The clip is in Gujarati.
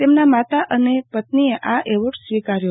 તેમના માતા અને પત્નીએ આ એવોર્ડ સ્વીકાર્યો